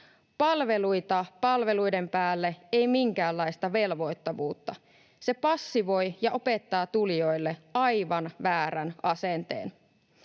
Palveluita palveluiden päälle, ei minkäänlaista velvoittavuutta — se passivoi ja opettaa tulijoille aivan väärän asenteen.